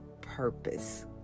purpose